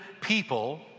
people